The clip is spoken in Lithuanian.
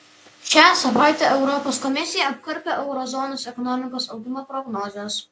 šią savaitę europos komisija apkarpė euro zonos ekonomikos augimo prognozes